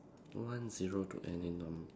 one zero to any number